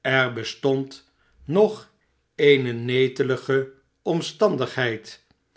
er bestond nog eene netelige omstandigheid